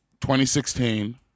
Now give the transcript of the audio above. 2016